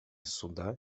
суда